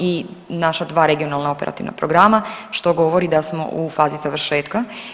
I naša dva regionalna operativna programa što govori da smo u fazi završetka.